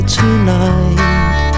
tonight